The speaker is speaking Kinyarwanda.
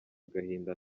agahinda